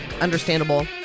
Understandable